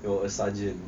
you are a sergeant